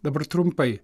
dabar trumpai